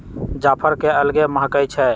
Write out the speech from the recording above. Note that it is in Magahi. जाफर के अलगे महकइ छइ